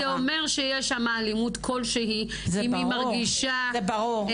כי זה אומר שיש שם אלימות כלשהי אם היא מרגישה --- זה ברור,